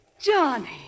Johnny